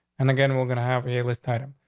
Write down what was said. and again, we're gonna have a list item.